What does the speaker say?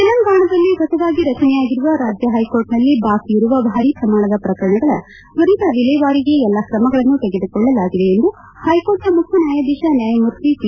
ತೆಲಂಗಾಣದಲ್ಲಿ ಹೊಸದಾಗಿ ರಚನೆಯಾಗಿರುವ ರಾಜ್ಜ ಹೈಕೋರ್ಟ್ನಲ್ಲಿ ಬಾಕಿ ಇರುವ ಭಾರೀ ಪ್ರಮಾಣದ ಪ್ರಕರಣಗಳ ತ್ವರಿತ ವಿಲೇವಾರಿಗೆ ಎಲ್ಲಾ ಕ್ರಮಗಳನ್ನು ತೆಗೆದುಕೊಳ್ಳಲಾಗಿದೆ ಎಂದು ಹೈಕೋರ್ಟ್ನ ಮುಖ್ಯ ನ್ಲಾಯಧೀಶ ನ್ಯಾಯಮೂರ್ತಿ ಟಿ